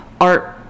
art